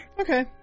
okay